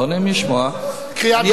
לא נעים לשמוע, לא,